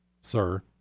sir